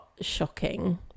shocking